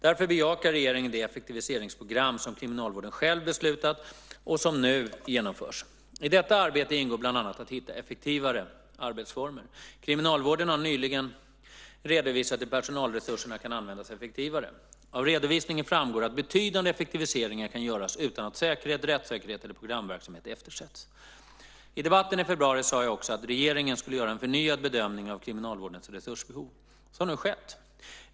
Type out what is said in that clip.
Därför bejakar regeringen det effektiviseringsprogram som kriminalvården själv beslutat och som nu genomförs. I detta arbete ingår bland annat att hitta effektivare arbetsformer. Kriminalvården har nyligen redovisat hur personalresurserna kan användas effektivare. Av redovisningen framgår att betydande effektiviseringar kan göras utan att säkerhet, rättssäkerhet eller programverksamhet eftersätts. I debatten i februari sade jag också att regeringen skulle göra en förnyad bedömning av kriminalvårdens resursbehov. Så har nu skett.